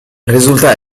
risulta